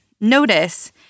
Notice